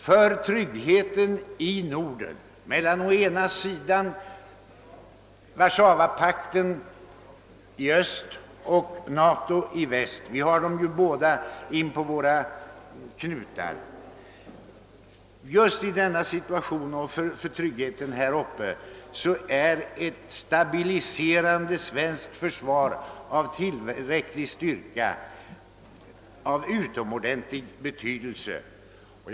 För tryggheten i Norden mellan Warszawapakten i öst och NATO i väst — vi har dem ju båda inpå knutarna — är ett stabiliserande svenskt försvar av tillräcklig styrka en utomordentligt betydelsefull sak.